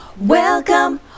welcome